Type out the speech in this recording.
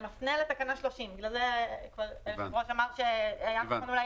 זה מפנה לתקנה 30. בגלל זה היושב-ראש אמר שהיה נכון אולי